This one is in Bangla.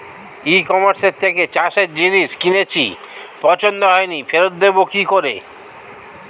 ই কমার্সের থেকে চাষের জিনিস কিনেছি পছন্দ হয়নি ফেরত দেব কী করে?